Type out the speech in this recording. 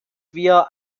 wir